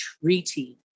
treaty